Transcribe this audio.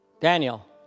Daniel